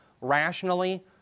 rationally